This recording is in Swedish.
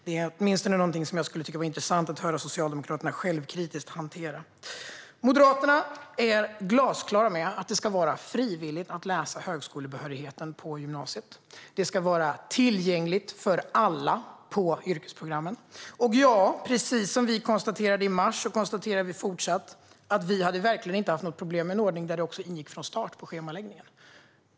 Det är åtminstone något som jag tycker att det skulle vara intressant att höra Socialdemokraterna självkritiskt hantera. Moderaterna är glasklara med att det ska vara frivilligt att läsa högskoleförberedande ämnen på gymnasiet. Det ska vara tillgängligt för alla på yrkesprogrammen. Precis som vi konstaterade i mars konstaterar vi fortfarande att vi verkligen inte hade haft något problem med en ordning där det ingick från start i schemaläggningen.